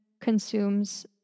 consumes